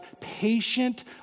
patient